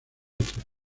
otras